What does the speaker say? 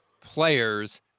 players